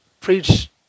preach